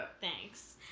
Thanks